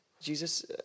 Jesus